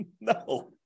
No